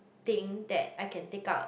thing that I can take out